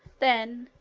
then,